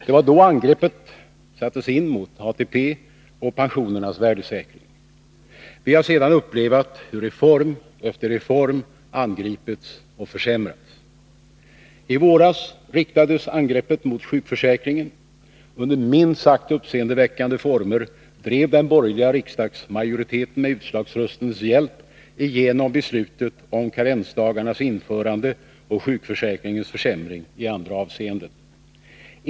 Det var då angreppet sattes in mot ATP och pensionernas värdesäkring. Vi har sedan upplevt hur reform efter reform angripits och försämrats. I våras riktades angreppet mot sjukförsäkringen. Under minst sagt uppseendeväckande former drev den borgerliga riksdagsmajoriteten med utslagsröstens hjälp igenom beslutet om karensdagarnas införande och sjukförsäkringens försämring i andra avseenden.